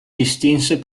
distinse